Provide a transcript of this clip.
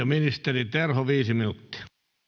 ministeri terho viisi minuuttia